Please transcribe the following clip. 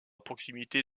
proximité